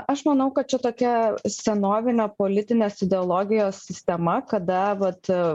aš manau kad čia tokia senovinė politinės ideologijos sistema kada vat